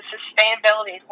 sustainability